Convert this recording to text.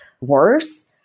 worse